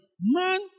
Man